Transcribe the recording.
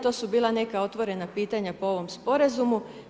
To su bila neka otvorena pitanja po ovom sporazumu.